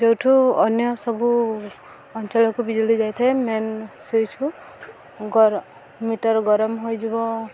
ଯେଉଁଠୁ ଅନ୍ୟ ସବୁ ଅଞ୍ଚଳକୁ ବିଜୁଳି ଯାଇଥାଏ ମେନ୍ ସୁଇଚ୍କୁ ଗର ମିଟର ଗରମ ହୋଇଯିବ